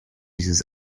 dieses